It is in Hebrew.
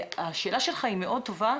השאלה שלך היא מאוד טובה,